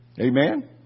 Amen